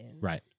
Right